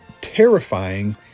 terrifying